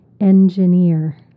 Engineer